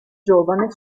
giovane